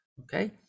okay